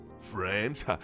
Friends